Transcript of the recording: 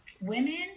Women